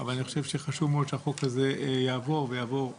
אבל אני חושב שחשוב מאוד שהחוק הזה יעבור ויעבור עכשיו.